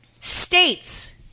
states